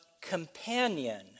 companion